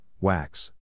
wax